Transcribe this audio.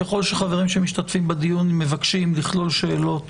ככל שחברים שמשתתפים בדיון מבקשים לכלול שאלות